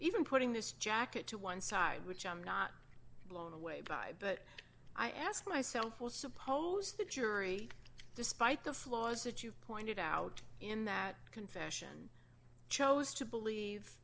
even putting this jacket to one side which i'm not blown away by but i ask myself will suppose the jury despite the flaws that you pointed out in that confession chose to believe